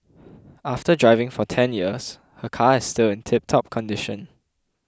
after driving for ten years her car is still in tiptop condition